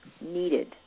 needed